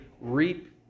reap